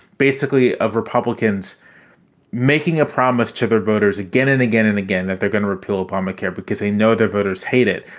basically of republicans making a promise to their voters again and again and again that they're going to repeal obamacare because they know their voters hate it,